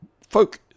folk